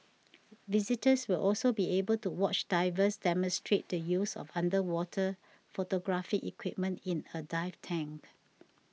visitors will also be able to watch divers demonstrate the use of underwater photographic equipment in a dive tank